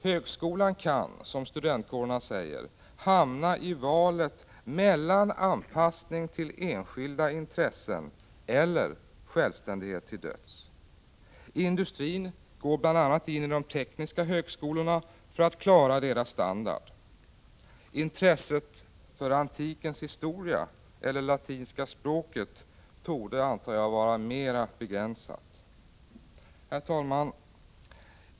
Högskolan kan, som studentkårerna säger, hamna i valet mellan anpassning till enskilda intressen och självständighet till döds. Industrin går bl.a. in i de tekniska högskolorna för att klara deras standard. Intresset för antikens historia eller latinska språket torde vara mer begränsat. Herr talman!